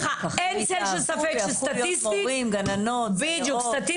יישארו ויהפכו להיות מורים, גננות, סייעות.